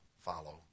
follow